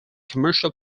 commercial